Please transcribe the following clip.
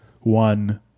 One